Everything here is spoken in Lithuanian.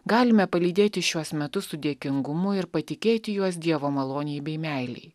galime palydėti šiuos metus su dėkingumu ir patikėti juos dievo malonei bei meilei